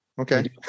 Okay